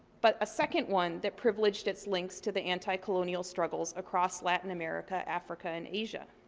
but a second one that privileged its links to the anti-colonial struggles across latin america, africa and asia.